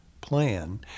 plan